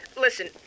Listen